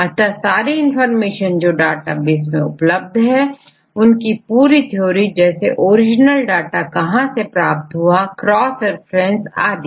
अतः सारी इनफार्मेशन जो डाटाबेस में उपलब्ध है उसकी पूरी थ्योरी जैसे ओरिजिनल डाटा हां से प्राप्त हुआ है क्रॉस रेफरेंस आदि